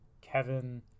Kevin